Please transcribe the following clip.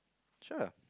sure